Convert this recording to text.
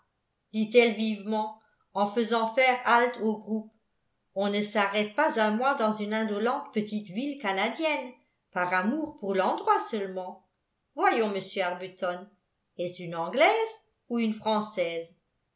dit-elle vivement en faisant faire halte au groupe on ne s'arrête pas un mois dans une indolente petite ville canadienne par amour pour l'endroit seulement voyons monsieur arbuton est-ce une anglaise ou une française